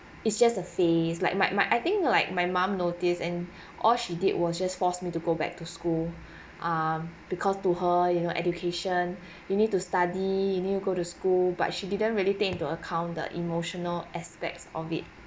it's just a phase like my my I think like my mum notice and all she did was just force me to go back to school um because to her you know education you need to study you need to go to school but she didn't really take into account the emotional aspects of it